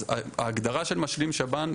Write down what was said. אז ההגדרה של משלים שב"ן,